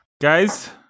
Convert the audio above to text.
Guys